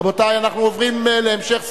רבותי, אנחנו עוברים להמשך סדר-היום.